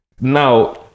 Now